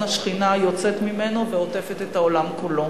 השכינה היוצאת ממנו ועוטפת את העולם כולו.